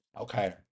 Okay